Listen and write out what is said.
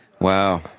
Wow